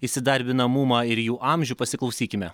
įsidarbinamumą ir jų amžių pasiklausykime